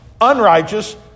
unrighteous